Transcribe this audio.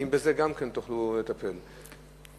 האם תוכלו לטפל גם בזה?